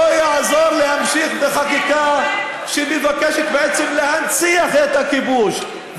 לא יעזור להמשיך בחקיקה שמבקשת בעצם להנציח את הכיבוש,